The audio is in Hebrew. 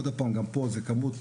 על אף שגם במקרה הזה,